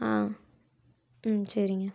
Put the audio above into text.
ஆ ம் சரிங்க